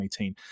2018